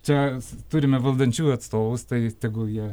čia turime valdančiųjų atstovus tai tegul jie